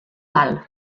val